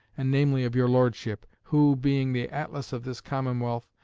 and namely of your lordship who, being the atlas of this commonwealth,